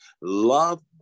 love